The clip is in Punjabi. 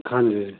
ਹਾਂਜੀ